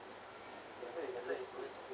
mm ya ya